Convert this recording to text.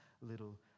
little